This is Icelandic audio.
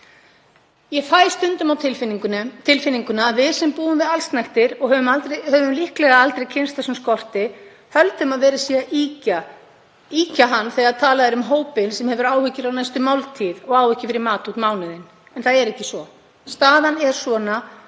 Ég fæ stundum á tilfinninguna að við sem búum við allsnægtir og höfum líklega aldrei kynnst þessum skorti höldum að verið sé að ýkja vandann þegar talað er um hópinn sem hefur áhyggjur af næstu máltíð og á ekki fyrir mat út mánuðinn. En það er ekki svo. Staðan er svona